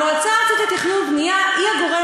המועצה הארצית לתכנון ובנייה היא הגורם